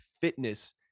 fitness